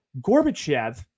Gorbachev